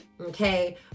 okay